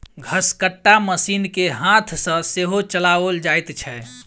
घसकट्टा मशीन के हाथ सॅ सेहो चलाओल जाइत छै